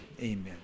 Amen